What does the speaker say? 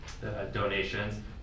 donations